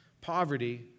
poverty